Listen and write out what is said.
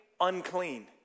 unclean